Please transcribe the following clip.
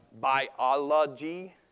biology